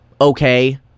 okay